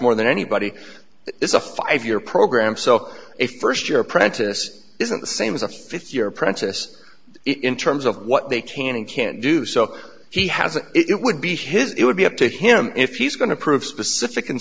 more than anybody it's a five year program so a first year apprentice isn't the same as a fifth year apprentice in terms of what they can and can't do so he has an it would be his it would be up to him if he's going to prove specific